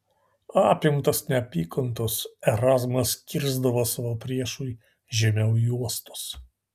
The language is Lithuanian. apimtas neapykantos erazmas kirsdavo savo priešui žemiau juostos